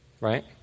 right